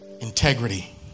Integrity